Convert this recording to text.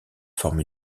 forment